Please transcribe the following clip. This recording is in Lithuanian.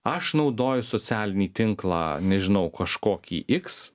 aš naudoju socialinį tinklą nežinau kažkokį iks